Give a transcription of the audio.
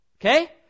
okay